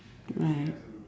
right